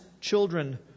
children